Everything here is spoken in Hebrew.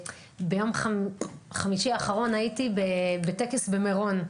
ביום חמישי האחרון הייתי בטקס במירון,